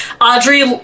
Audrey